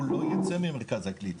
הוא לא יצא ממרכז הקליטה.